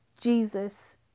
jesus